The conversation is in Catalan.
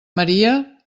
maria